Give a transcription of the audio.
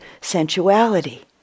sensuality